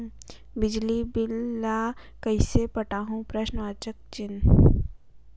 बिजली बिल ल कइसे पटाहूं?